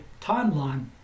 timeline